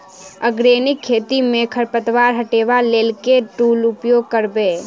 Organic खेती मे खरपतवार हटाबै लेल केँ टूल उपयोग करबै?